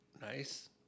Nice